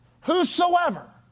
Whosoever